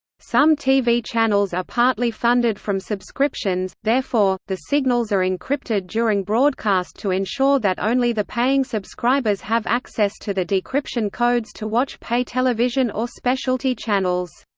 some tv channels are partly funded from subscriptions therefore, the signals are encrypted during broadcast to ensure that only the paying subscribers have access to the decryption codes to watch pay television or specialty channels.